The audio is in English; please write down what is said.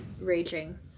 raging